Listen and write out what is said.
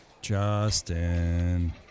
Justin